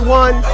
one